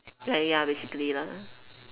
ya ya basically lah